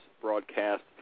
broadcast